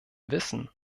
wissen